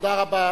תודה רבה.